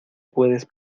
puedes